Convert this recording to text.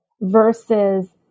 versus